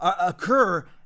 occur